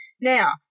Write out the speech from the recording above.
now